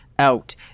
out